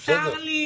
בסדר.